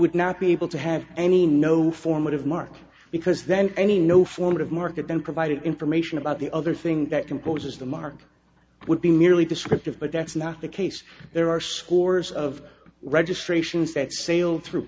would not be able to have any no formative mark because then any no form of market then provided information about the other thing that composes the mark would be merely descriptive but that's not the case there are scores of registrations that sail through